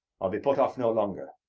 i'll be put off no longer.